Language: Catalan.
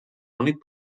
únic